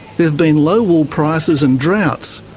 there have been low wool prices and droughts,